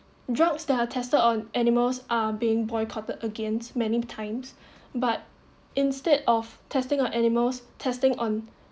drugs that are tested on animals are being boycotted against many times but instead of testing on animals testing on